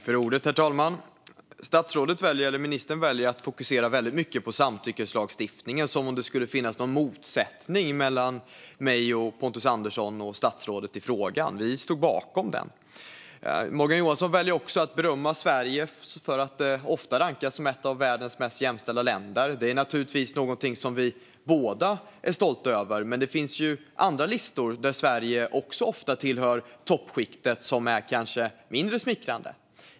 Herr talman! Ministern väljer att fokusera mycket på samtyckeslagstiftningen, som om det skulle finnas någon motsättning mellan mig och Pontus Andersson och statsrådet i frågan. Vi står bakom denna lagstiftning. Morgan Johansson väljer också att berömma Sverige för att vi ofta rankas som ett av världens mest jämställda länder. Det är naturligtvis någonting som vi båda är stolta över. Men det finns ju andra listor, där Sverige också ofta tillhör toppskiktet, som kanske är mindre smickrande.